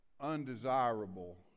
undesirable